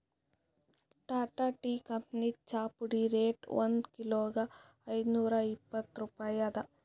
Tata tea ಕಂಪನಿದ್ ಚಾಪುಡಿ rate ಒಂದ್ ಕಿಲೋಗಾ ಐದ್ನೂರಾ ಇಪ್ಪತ್ತ್ ರೂಪಾಯಿ ಅದಾ